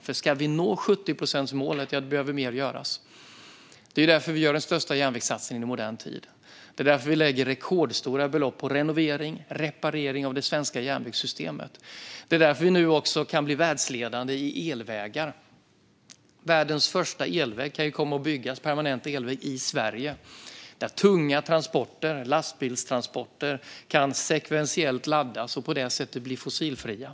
Om vi ska nå 70-procentsmålet behöver mer göras. Det är därför vi gör den största järnvägssatsningen i modern tid. Det är därför vi lägger rekordstora belopp på renovering och reparation av det svenska järnvägssystemet. Det är därför vi nu också kan bli världsledande i elvägar. Världens första permanenta elväg kan komma att byggas i Sverige. Där kan tunga transporter och lastbilstransporter sekventiellt laddas och på det sättet bli fossilfria.